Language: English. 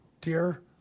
dear